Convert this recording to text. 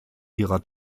ihrer